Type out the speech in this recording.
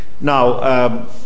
Now